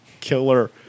killer